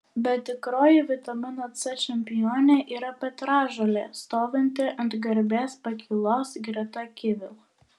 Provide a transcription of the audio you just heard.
bet tikroji vitamino c čempionė yra petražolė stovinti ant garbės pakylos greta kivių